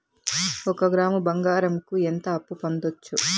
ఒక గ్రాము బంగారంకు ఎంత అప్పు పొందొచ్చు